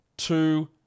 Two